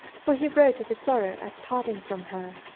for he wrote of his sorrow at parting from her.